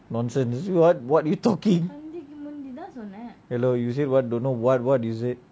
nonsense what what you talking hello you say what don't know what what is it